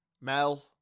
Mel